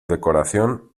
decoración